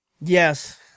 yes